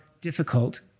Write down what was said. difficult